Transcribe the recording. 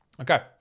Okay